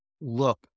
look